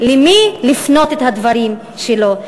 ולמי להפנות את הדברים שלו.